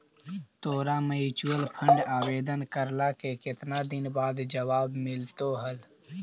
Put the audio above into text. तोरा mutual fund आवेदन करला के केतना दिन बाद जवाब मिललो हल?